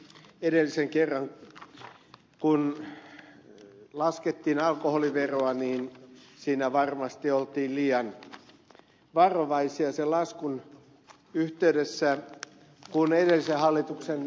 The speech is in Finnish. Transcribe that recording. edellisen kerran kun laskettiin alkoholiveroa niin siinä varmasti oltiin liannut varovaisia sillä iskun yhteydessä kun arvoisa puhemies